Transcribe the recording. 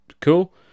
Cool